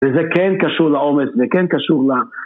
וזה כן קשור לעומס, זה כן קשור ל...